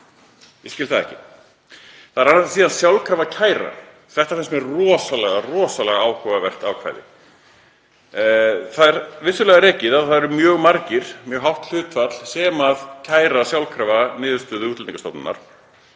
Ég skil það ekki. Síðan er sjálfkrafa kæra. Þetta finnst mér rosalega áhugavert ákvæði. Það er vissulega rakið að það eru mjög margir, mjög hátt hlutfall, sem kæra sjálfkrafa niðurstöðu Útlendingastofnunar.